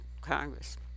Congress